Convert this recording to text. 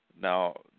Now